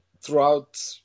Throughout